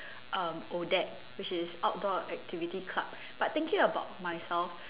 um ODAC which is outdoor activity club but thinking about myself